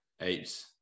eight